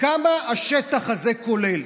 כמה השטח הזה כולל?